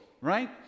right